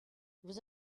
vous